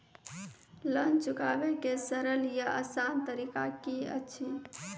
Loan चुकाबै के सरल या आसान तरीका की अछि?